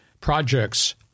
projects